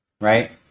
right